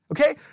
okay